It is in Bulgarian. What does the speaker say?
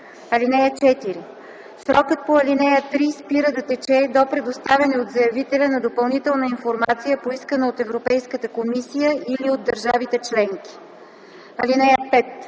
(4) Срокът по ал. 3 спира да тече до предоставяне от заявителя на допълнителна информация, поискана от Европейската комисия или от държавите членки. (5)